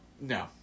No